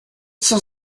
cent